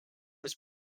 was